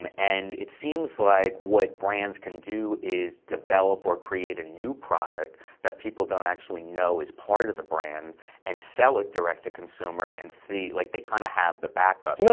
um and it seems like what brands can do is develop or create a new product that people don't actually know is part of the brand and sell it direct to consumer and see like they kind of have the backup.